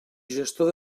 gestor